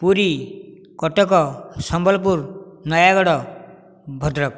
Puri Cuttack Sambalpur Nayagarh Bhadrak